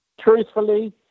truthfully